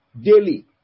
daily